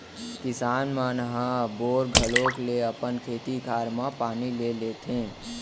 किसान मन ह बोर घलौक ले अपन खेत खार म पानी ले लेथें